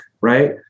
right